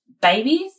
babies